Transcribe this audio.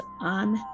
on